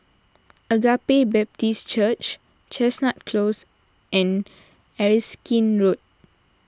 Agape Baptist Church Chestnut Close and Erskine Road